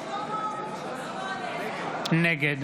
נגד